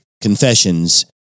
confessions